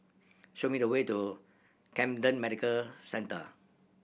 show me the way to Camden Medical Centre